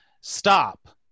stop